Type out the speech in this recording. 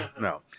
no